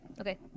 Okay